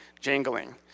jangling